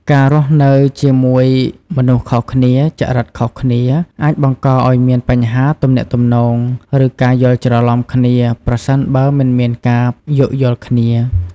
ការរស់នៅជាមួយមនុស្សខុសគ្នា ចរិតខុសគ្នា អាចបង្កឱ្យមានបញ្ហាទំនាក់ទំនង ឬការយល់ច្រឡំគ្នា ប្រសិនបើមិនមានការយោគយល់គ្នា ។